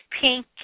pink